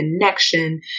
connection